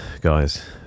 guys